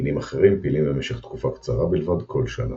מינים אחרים פעילים במשך תקופה קצרה בלבד כל שנה,